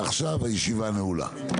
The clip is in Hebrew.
הישיבה נעולה.